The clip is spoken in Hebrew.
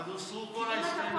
הוסרו כל ההסתייגויות.